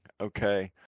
okay